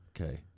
Okay